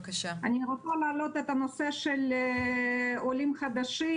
אני רוצה להעלות את הנושא של עולים חדשים